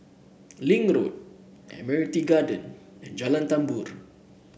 Link Road Admiralty Garden and Jalan Tambur